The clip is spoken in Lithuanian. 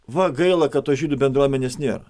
va gaila kad tos žydų bendruomenės nėra